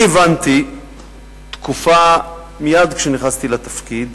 אני הבנתי מייד כשנכנסתי לתפקיד,